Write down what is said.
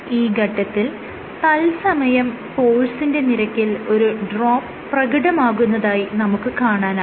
ഈ ഘട്ടത്തിൽ തത്സമയം ഫോഴ്സിന്റെ നിരക്കിൽ ഒരു ഡ്രോപ്പ് പ്രകടമാകുന്നതായി നമുക്ക് കാണാനാകുന്നു